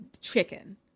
chicken